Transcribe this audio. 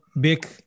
big